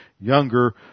younger